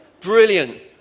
Brilliant